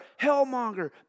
hellmonger